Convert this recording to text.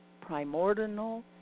primordial